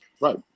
right